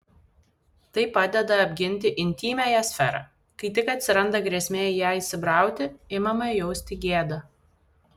tai padeda apginti intymiąją sferą kai tik atsiranda grėsmė į ją įsibrauti imame jausti gėdą